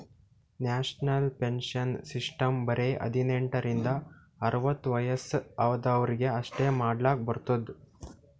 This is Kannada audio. ನ್ಯಾಷನಲ್ ಪೆನ್ಶನ್ ಸಿಸ್ಟಮ್ ಬರೆ ಹದಿನೆಂಟ ರಿಂದ ಅರ್ವತ್ ವಯಸ್ಸ ಆದ್ವರಿಗ್ ಅಷ್ಟೇ ಮಾಡ್ಲಕ್ ಬರ್ತುದ್